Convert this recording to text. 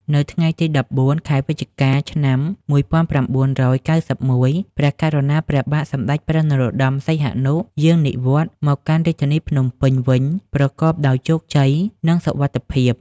នៅថ្ងៃទី១៤ ខែវិច្ឆិកា ឆ្នាំ១៩៩១ ព្រះករុណាព្រះបាទសម្តេចព្រះនរោត្តម សីហនុ យាង និវត្តន៍មកកាន់រាជធានីភ្នំពេញវិញប្រកបដោយជោគជ័យ និងសុវត្ថិភាព។